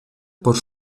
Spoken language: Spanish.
por